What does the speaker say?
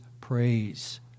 praise